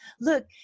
Look